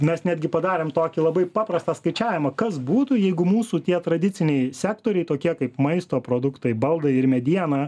mes netgi padarėm tokį labai paprastą skaičiavimą kas būtų jeigu mūsų tie tradiciniai sektoriai tokie kaip maisto produktai baldai ir mediena